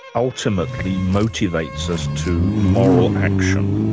ultimately motivates us to moral action?